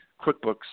QuickBooks